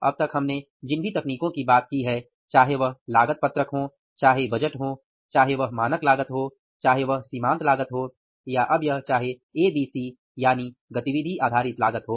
अब तक हमने जिन भी तकनीकों की बात की है चाहे वह लागत पत्रक हो चाहे बजट हो चाहे वह मानक लागत हो चाहे वह सीमांत लागत हो या अब यह चाहे ABC यानी गतिविधि आधारित लागत हो